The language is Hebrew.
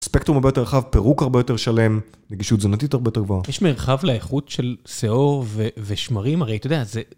ספקטרום הרבה יותר רחב, פירוק הרבה יותר שלם, נגישות תזונתית הרבה יותר גבוהה. יש מרחב לאיכות של שיעור ושמרים, הרי אתה יודע, זה...